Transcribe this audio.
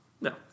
No